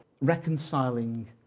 reconciling